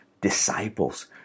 disciples